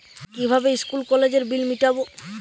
কিভাবে স্কুল কলেজের বিল মিটাব?